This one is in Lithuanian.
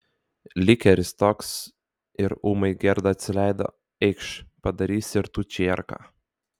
likeris toks ir ūmai gerda atsileido eikš padarysi ir tu čierką